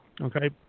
okay